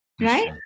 right